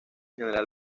general